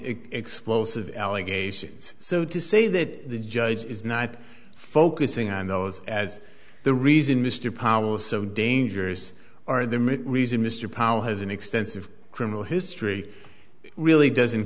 explosive allegations so to say that the judge is not focusing on those as the reason mr powell is so dangerous are the reason mr powell has an extensive criminal history really doesn't